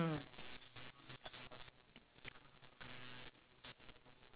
orh orh can lah just talk about food also can ah food food can lah